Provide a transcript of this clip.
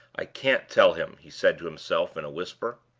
i can't tell him, he said to himself, in a whisper.